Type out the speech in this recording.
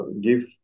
give